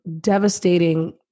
devastating